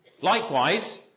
Likewise